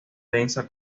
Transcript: densa